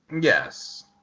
Yes